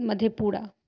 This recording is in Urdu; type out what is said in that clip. مدھے پورہ